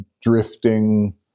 drifting